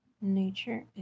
Nature